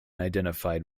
identified